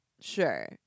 sure